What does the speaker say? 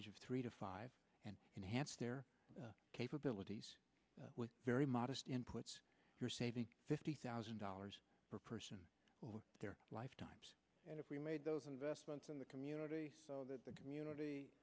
age of three to five and enhanced their capabilities with very modest inputs you're saving fifty thousand dollars per person over their lifetime and if we made those investments in the community so that the community